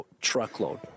truckload